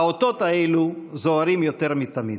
האותות האלה זוהרים יותר מתמיד.